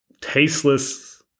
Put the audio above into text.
tasteless